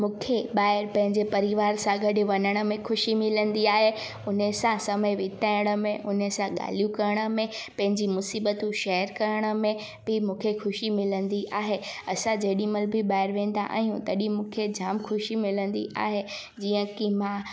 मूंखे ॿाहिरि पंहिंजे परिवार सां गॾु वञण में ख़ुशी मिलंदी आहे उन सां समय बिताइण में उन सां ॻाल्हियूं करण में पंहिंजी मुसीबतूं शेअर करण में बि ख़ुशी मिलंदी आहे असां जेॾीमहिल बि ॿाहिरि वेंदा आहियूं तॾहिं मूंखे जाम ख़ुशी मिलंदी आहे जीअं की मां